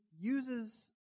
uses